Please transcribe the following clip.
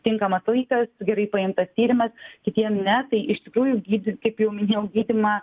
tinkamas laikas gerai paimtas tyrimas kitiem ne tai iš tikrųjų gydi kaip jau minėjau gydymą